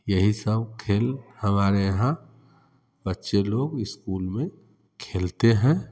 यही सब खेल हमारे यहाँ बच्चे लोग इस्कूल में खेलते हैं